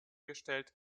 gestellt